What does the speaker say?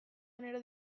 genero